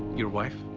your wife?